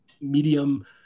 medium